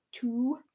two